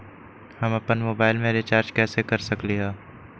हम अपन मोबाइल में रिचार्ज कैसे कर सकली ह?